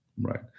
right